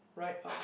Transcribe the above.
right arm